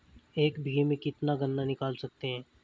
एक बीघे में से कितना गन्ना निकाल सकते हैं?